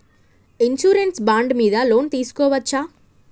Insurance bond మీద loan తీస్కొవచ్చా?